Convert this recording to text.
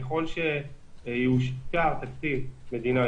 ככל שיאושר תקציב מדינה,